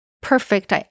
perfect